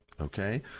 Okay